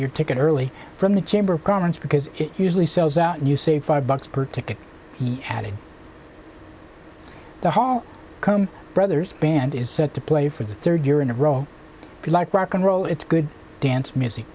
your ticket early from the chamber of commerce because it usually sells out you say five bucks per ticket and having the hall come brothers band is set to play for the third year in a row if you like rock n roll it's good dance music